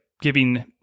giving